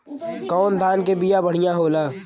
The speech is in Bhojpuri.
कौन धान के बिया बढ़ियां होला?